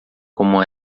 como